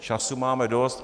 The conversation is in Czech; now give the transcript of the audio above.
Času máme dost.